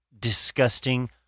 disgusting